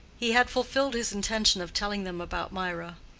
he had fulfilled his intention of telling them about mirah.